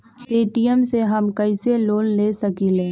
Paytm से हम कईसे लोन ले सकीले?